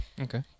Okay